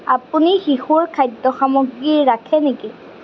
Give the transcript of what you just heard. আপুনি শিশুৰ খাদ্য সামগ্ৰী ৰাখে নেকি